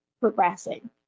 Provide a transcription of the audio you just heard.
progressing